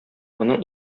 моның